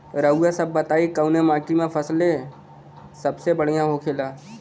रउआ सभ बताई कवने माटी में फसले सबसे बढ़ियां होखेला?